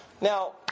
Now